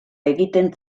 egiten